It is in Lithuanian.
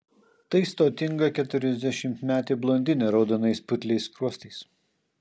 tai stotinga keturiasdešimtmetė blondinė raudonais putliais skruostais